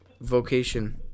vocation